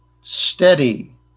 steady